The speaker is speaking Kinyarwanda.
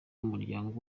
muryango